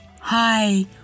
Hi